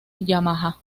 yamaha